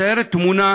מצטיירת תמונה